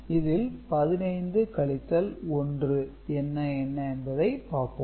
இதில் 15 கழித்தல் 1 என்ன என்பதை பார்ப்போம்